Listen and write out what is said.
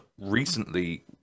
recently